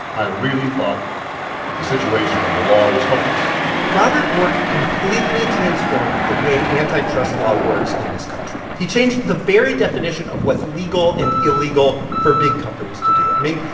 i really thought the situation of the law was hopeless robert bork completely transformed the way antitrust law works in this country. he changed the very definition of what's legal and illegal for big companies to do. i mean,